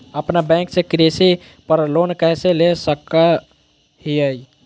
अपना बैंक से कृषि पर लोन कैसे ले सकअ हियई?